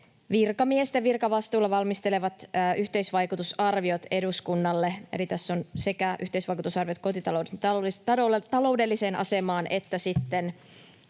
virkamiesten virkavastuulla valmistelemat yhteisvaikutusarviot eduskunnalle, eli tässä on sekä yhteisvaikutusarviot kotitalouksien taloudelliseen asemaan että